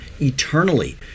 eternally